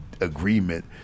agreement